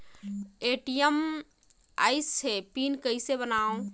ATM आइस ह pin कइसे बनाओ?